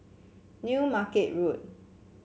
New Market Road